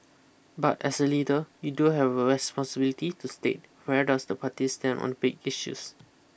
but as a leader you do have a responsibility to state where does the party stand on big issues